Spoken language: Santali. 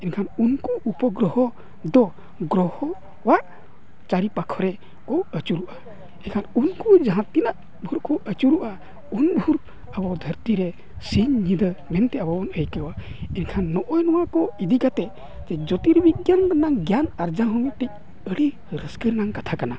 ᱮᱱᱠᱷᱟᱱ ᱩᱱᱠᱩ ᱩᱯᱚᱜᱨᱚᱦᱚ ᱫᱚ ᱜᱨᱚᱦᱚ ᱠᱚᱣᱟᱜ ᱪᱟᱹᱨᱤ ᱯᱟᱠᱠᱷᱚ ᱨᱮᱠᱚ ᱟᱹᱪᱩᱨᱚᱜᱼᱟ ᱮᱱᱠᱷᱟᱱ ᱩᱱᱠᱩ ᱡᱟᱦᱟᱸ ᱛᱤᱱᱟᱹᱜ ᱵᱷᱳᱨ ᱠᱚ ᱟᱹᱪᱩᱨᱚᱜᱼᱟ ᱩᱱ ᱵᱷᱳᱨ ᱟᱵᱚ ᱫᱷᱟᱹᱨᱛᱤ ᱨᱮ ᱥᱤᱧ ᱧᱤᱫᱟᱹ ᱢᱮᱱᱛᱮᱫ ᱟᱵᱚ ᱵᱚᱱ ᱟᱹᱭᱠᱟᱹᱣᱟ ᱮᱱᱠᱷᱟᱱ ᱱᱚᱜᱼᱚᱸᱭ ᱱᱚᱣᱟ ᱠᱚ ᱤᱫᱤ ᱠᱟᱛᱮᱫ ᱡᱳᱛᱤᱨ ᱵᱤᱜᱽᱜᱟᱱ ᱨᱮᱱᱟᱜ ᱜᱮᱭᱟᱱ ᱟᱨᱡᱟᱣ ᱦᱚᱸ ᱢᱤᱫᱴᱤᱡ ᱟᱹᱰᱤ ᱨᱟᱹᱥᱠᱟᱹ ᱨᱮᱱᱟᱜ ᱠᱟᱛᱷᱟ ᱠᱟᱱᱟ